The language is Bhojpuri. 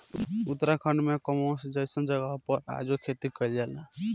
उत्तराखंड में कसोल जइसन जगह पर आजो खेती कइल जाला